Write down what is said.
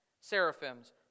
Seraphims